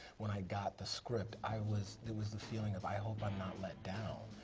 when i got the script, i was, it was the feeling of i hope i'm not let down.